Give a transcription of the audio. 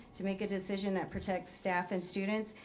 to make a decision that protects staff and students.